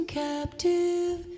captive